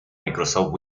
microsoft